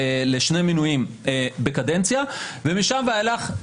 לשולחן ואתה יכול להשתתף ולהיבחר.